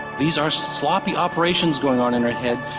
these are sloppy operations going on in our heads,